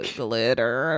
glitter